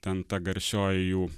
ten ta garsioji jų